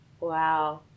Wow